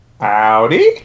Howdy